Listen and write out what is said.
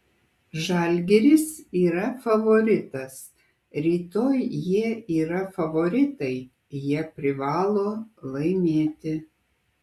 žalgiris yra favoritas rytoj jie yra favoritai jie privalo laimėti